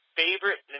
favorite